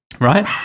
Right